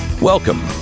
Welcome